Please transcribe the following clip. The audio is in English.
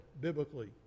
biblically